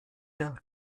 der